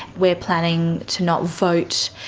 we're planning to not vote.